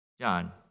John